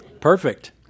Perfect